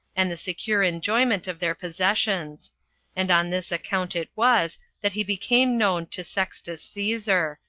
and the secure enjoyment of their possessions and on this account it was that he became known to sextus caesar,